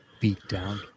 beatdown